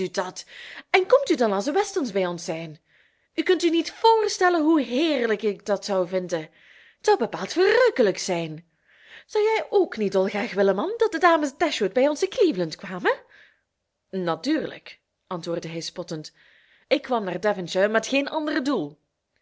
dat en komt u dan als de westons bij ons zijn u kunt u niet voorstellen hoe heerlijk ik dat zou vinden t zou bepaald verrukkelijk zijn zou jij ook niet dolgraag willen man dat de dames dashwood bij ons te cleveland kwamen natuurlijk antwoordde hij spottend ik kwam naar devonshire met geen ander doel